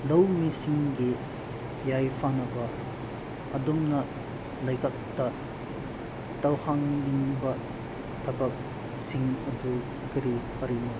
ꯂꯧꯃꯤꯁꯤꯡꯒꯤ ꯌꯥꯏꯐꯅꯕ ꯑꯗꯣꯝꯅ ꯂꯩꯉꯥꯛꯇ ꯇꯧꯍꯟꯅꯤꯡꯕ ꯊꯕꯛꯁꯤꯡ ꯑꯗꯨ ꯀꯔꯤ ꯀꯔꯤꯅꯣ